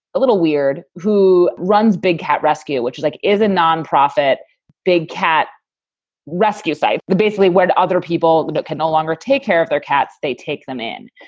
a little weird, who runs big cat rescue, which like is a non-profit big cat rescue site, basically where other people you know can no longer take care of their cats. they take them in.